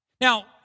Now